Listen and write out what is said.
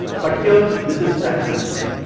but here this is transcendental.